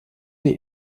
die